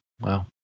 wow